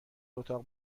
اتاق